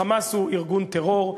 ה"חמאס" הוא ארגון טרור,